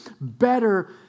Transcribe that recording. better